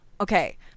Okay